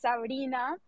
Sabrina